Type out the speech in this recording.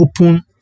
open